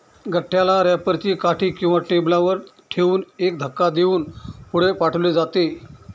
गठ्ठ्याला रॅपर ची काठी किंवा टेबलावर ठेवून एक धक्का देऊन पुढे पाठवले जाते